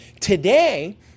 Today